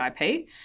IP